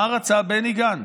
מה רצה בני גנץ?